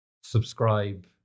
subscribe